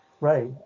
Right